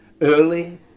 early